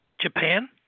Japan